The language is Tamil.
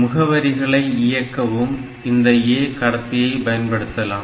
முகவரிகளை இயக்கவும் இந்த A கடத்தியை பயன்படுத்தலாம்